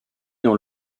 dans